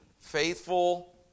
faithful